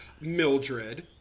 Mildred